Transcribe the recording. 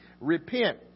Repent